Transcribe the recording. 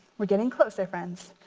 we're getting closer friends.